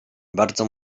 bardzo